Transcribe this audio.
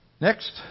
Next